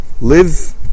Live